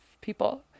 people